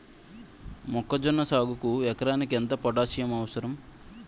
మొక్కజొన్న సాగుకు ఎకరానికి ఎంత పోటాస్సియం అవసరం?